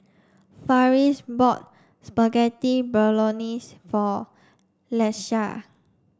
Farris bought Spaghetti Bolognese for Lakesha